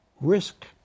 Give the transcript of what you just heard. risk